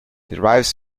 derives